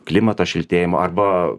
klimato šiltėjimo arba